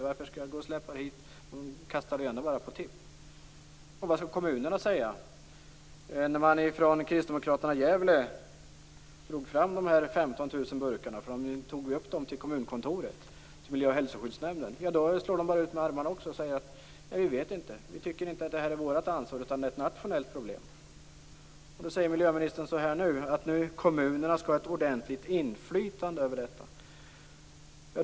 Varför skall man släpa tillbaka burkar? De kastas ändå bara på tipp. Vad skall kommunerna säga? När kristdemokraterna i Gävle drog fram de här 15 000 burkarna - man tog ju upp dem till kommunkontoret, till miljö och hälsoskyddsnämnden - slog de bara ut med armarna och sade: Vi vet inte, vi tycker inte att det här är vårt ansvar. Det är ett nationellt problem. Nu säger miljöministern så här: Kommunerna skall ha ett ordentligt inflytande över detta.